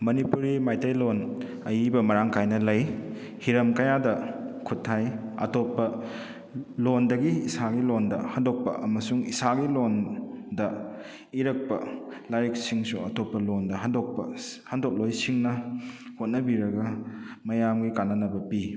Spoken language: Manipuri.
ꯃꯅꯤꯄꯨꯔꯤ ꯃꯩꯇꯩꯂꯣꯟ ꯑꯏꯕ ꯃꯔꯥꯡ ꯀꯥꯏꯅ ꯂꯩ ꯍꯤꯔꯝ ꯀꯌꯥꯗ ꯈꯨꯠ ꯊꯥꯏ ꯑꯇꯣꯞꯄ ꯂꯣꯟꯗꯒꯤ ꯏꯁꯥꯒꯤ ꯂꯣꯟꯗ ꯍꯟꯇꯣꯛꯄ ꯑꯃꯁꯨꯡ ꯏꯁꯥꯒꯤ ꯂꯣꯟꯗ ꯏꯔꯛꯄ ꯂꯥꯏꯔꯤꯛꯁꯤꯡꯁꯨ ꯑꯇꯣꯞꯄ ꯂꯣꯟꯗ ꯍꯟꯇꯣꯛꯄ ꯍꯟꯇꯣꯛꯂꯣꯏꯁꯤꯡꯅ ꯍꯣꯠꯅꯕꯤꯔꯒ ꯃꯌꯥꯝꯒꯤ ꯀꯥꯅꯅꯕ ꯄꯤ